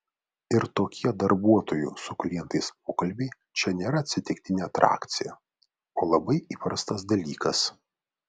ir tokie darbuotojų su klientais pokalbiai čia nėra atsitiktinė atrakcija o labai įprastas dalykas